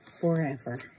forever